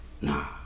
nah